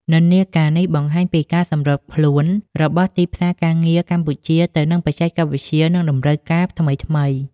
និន្នាការនេះបង្ហាញពីការសម្របខ្លួនរបស់ទីផ្សារការងារកម្ពុជាទៅនឹងបច្ចេកវិទ្យា និងតម្រូវការថ្មីៗ។